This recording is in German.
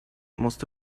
musste